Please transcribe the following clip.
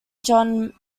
john